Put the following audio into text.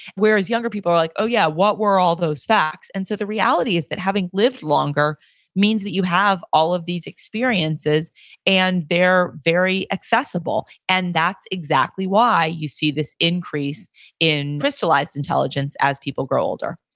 whereas younger people are like, oh, yeah, what were all those facts? and so, the reality is that having lived longer means that you have all of these experiences and they're very accessible, and that's exactly why you see this increase in crystallized intelligence as people grow older